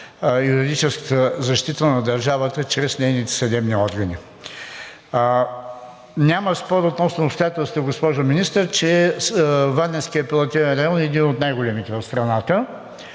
юридическата защита на държавата чрез нейните съдебни органи. Няма спор относно обстоятелствата, госпожо Министър, че Варненският апелативен район е един от най-големите в страната.